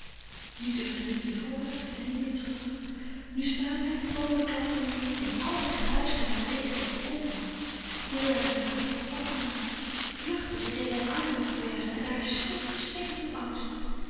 nu durft hij niet meer vooruit en niet meer terug nu staat hij tandenklapperende en àl het geruisch van den regen is m hem nu wil hij zijn vader toch wakker maken vluchten zich in zijn armen verbergen en daar snikken snikken van angst